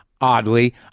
oddly